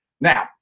Now